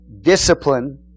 discipline